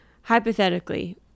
Hypothetically